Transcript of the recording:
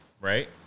right